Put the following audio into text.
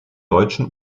deutschen